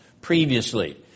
previously